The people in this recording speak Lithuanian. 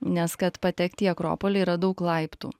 nes kad patekt į akropolį yra daug laiptų